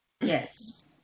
Yes